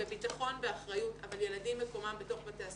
אבל ילדים מקומם בתוך בתי הספר,